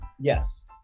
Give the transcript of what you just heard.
Yes